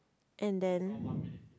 and then